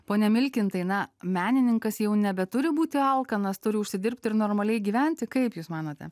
pone milkintai na menininkas jau nebeturi būti alkanas turi užsidirbti ir normaliai gyventi kaip jūs manote